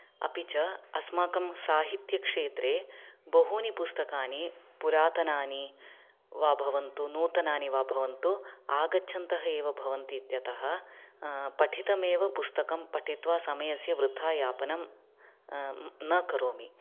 अपि च अस्माकं साहित्यक्षेत्रे बहूनि पुस्तकानि पुरातनानि वा भवन्तु नूतनानि वा भवन्तु आगच्छन्तः एव भवन्ति इत्यतः पठितमव पुस्तकं पठित्वा समयस्य वृथा यापनं न करोमि